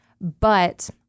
But-